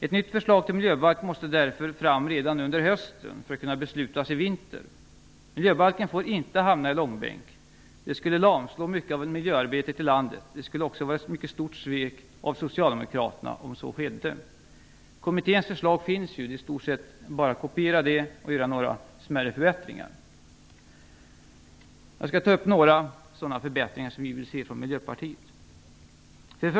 Ett nytt förslag till miljöbalk måste därför framläggas redan under hösten för att man skall kunna fatta beslut under vintern. Miljöbalken får inte hamna i långbänk. Det skulle lamslå mycket av miljöarbetet i landet. Det skulle också vara ett mycket stort svek av Socialdemokraterna om så skedde. Det finns ett kommittéförslag, det är i stort sett bara att kopiera det och göra några smärre förbättringar. Jag skall ta upp några förbättringar som vi från Miljöpartiet vill se.